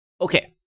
Okay